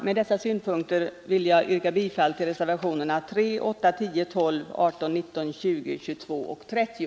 Med dessa synpunkter vill jag yrka bifall till reservationerna 3, 8, 10, 12, 18, 19, 20, 22 och 30.